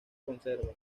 conserva